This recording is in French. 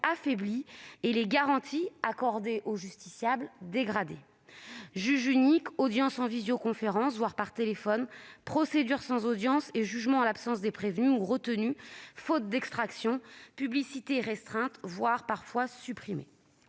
dégradation des garanties accordées aux justiciables : juge unique, audience en visioconférence, voire par téléphone, procédure sans audience et jugement en l'absence des prévenus ou retenus faute d'extraction, publicité restreinte, voire parfois supprimée.